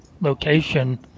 location